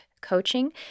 coaching